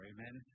Amen